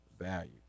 value